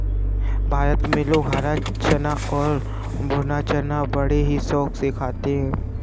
भारत में लोग हरा चना और भुना चना बड़े ही शौक से खाते हैं